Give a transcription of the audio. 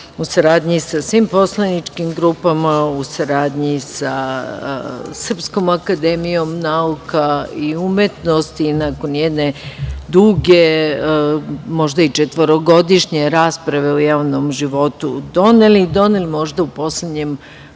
u saradnji sa svim poslaničkih grupama, u saradnji sa Srpskom akademijom nauka i umetnosti, nakon jedne duge, možda i četvorogodišnje rasprave o javnom životu doneli, doneli možda u poslednjem